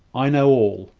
i know all,